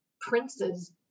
princes